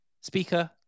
speaker